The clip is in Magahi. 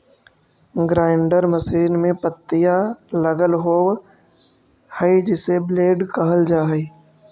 ग्राइण्डर मशीन में पत्तियाँ लगल होव हई जिसे ब्लेड कहल जा हई